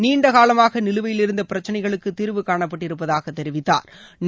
நீண்ட காலமாக நிலுவையிலிருந்த பிரச்சினைகளுக்கு தீர்வுகாணப்பட்டிருப்பதாக தெரிவித்தாா்